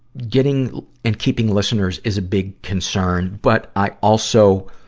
getting and keeping listeners is a big concern. but i also,